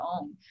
own